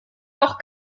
doch